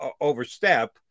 overstep